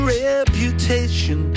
reputation